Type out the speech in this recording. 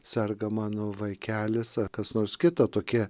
serga mano vaikelis ar kas nors kita tokie